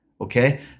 okay